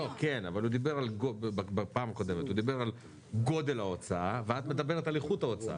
הוא דיבר על גודל ההוצאה ואת מדברת על איכות ההוצאה.